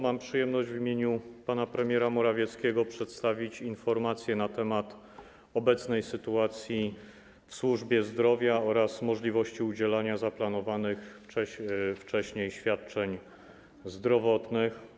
Mam przyjemność w imieniu pana premiera Morawieckiego przedstawić informację na temat obecnej sytuacji w służbie zdrowia oraz możliwości udzielania zaplanowanych wcześniej świadczeń zdrowotnych.